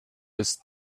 ist